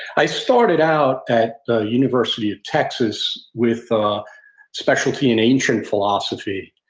i thought it out at the university of texas with a specialty in ancient philosophy.